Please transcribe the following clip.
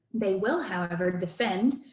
they will, however, defend.